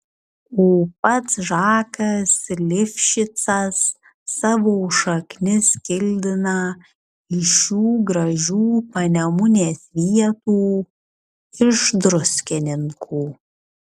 o pats žakas lifšicas savo šaknis kildina iš šių gražių panemunės vietų iš druskininkų